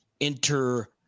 enter